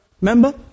remember